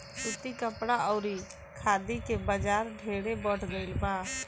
सूती कपड़ा अउरी खादी के बाजार ढेरे बढ़ गईल बा